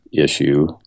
issue